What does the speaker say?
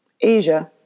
Asia